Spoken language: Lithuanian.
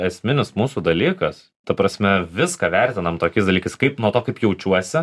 esminis mūsų dalykas ta prasme viską vertinam tokiais dalykais kaip nuo to kaip jaučiuosi